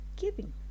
giving